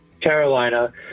Carolina